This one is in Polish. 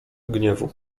gniewu